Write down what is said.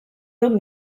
dut